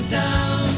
down